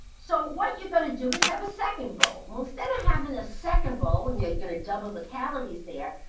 so what you're going to do is have a second bowl. well, instead of having a second bowl and you're going to double the calories there,